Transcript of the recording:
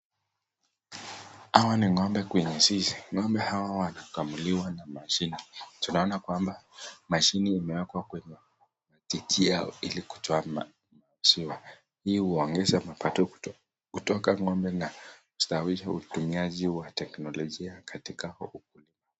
Hawa ni ng'ombe kwenye zizi ng'ombe hawa wanakamuliwa na mashine, tunaona kwamba mashine imewekwa kwenye titi yao ili kutoa maziwa hii huongeza mapato kutoka ng'ombe na kustawisha utumiaji wa teknolojia katika ukulima.